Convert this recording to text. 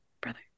brother